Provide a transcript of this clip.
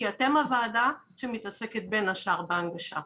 כי אתם הוועדה שמתעסקת בין השאר בהנגשה.